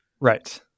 Right